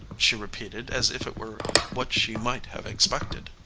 she repeated as if it were what she might have expected.